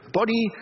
body